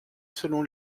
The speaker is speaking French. selon